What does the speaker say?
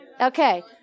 Okay